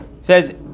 says